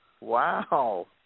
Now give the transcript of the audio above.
Wow